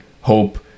hope